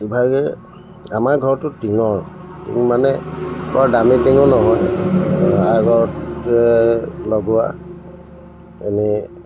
ইভাগে আমাৰ ঘৰটো টিঙৰ মানে বৰ দামী টিঙো নহয় আগতে লগোৱা এনেই